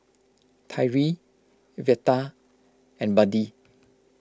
Tyree Veta and Buddy